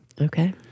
Okay